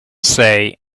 say